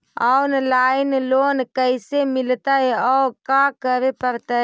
Online loan कैसे मिलतै औ का करे पड़तै?